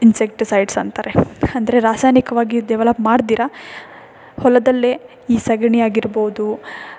insecticides ಅಂತಾರೆ ಅಂದರೆ ರಾಸಾಯನಿಕವಾಗಿ ಡೆವಲಪ್ ಮಾಡ್ದಿರ ಹೊಲದಲ್ಲೇ ಈ ಸೆಗಣಿ ಆಗಿರ್ಬೋದು